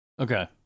Okay